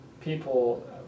people